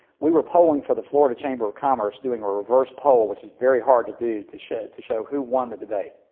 we were polling for the florida chamber of commerce doing a reverse poll, which is very hard to do to show to show who won the debate,